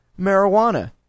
marijuana